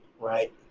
right